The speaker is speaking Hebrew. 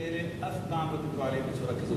אף פעם לא דיברו עליהם בצורה כזאת.